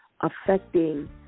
affecting